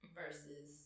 versus